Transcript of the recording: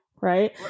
right